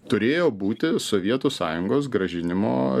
turėjo būti sovietų sąjungos grąžinimo